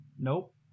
Nope